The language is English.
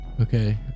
Okay